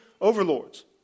overlords